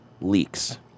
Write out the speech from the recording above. leaks